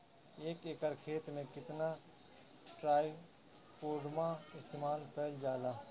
एक एकड़ खेत में कितना ट्राइकोडर्मा इस्तेमाल कईल जाला?